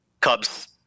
Cubs